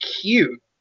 cute